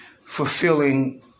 fulfilling